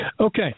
Okay